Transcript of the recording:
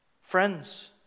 Friends